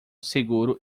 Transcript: seguro